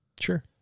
Sure